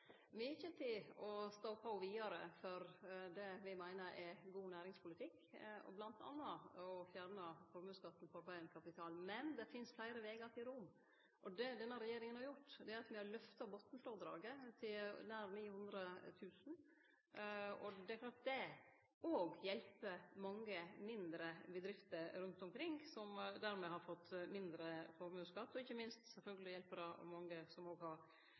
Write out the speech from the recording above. Senterpartiet har ikkje ofra nokon del av programmet på alteret. Me kjem til å stå på vidare for det me meiner er god næringspolitikk, bl.a. å fjerne formuesskatten på arbeidande kapital. Men det finst fleire vegar til Rom, og det denne regjeringa har gjort, er at me har løfta botnfrådraget til nær 900 000. Det òg hjelper mange mindre bedrifter rundt omkring som dermed har fått mindre formuesskatt. Ikkje minst hjelper det sjølvsagt òg, som eg trur Høgre tidlegare i dag var oppteken av, mange